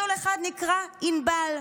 מסלול אחד נקרא ענבל,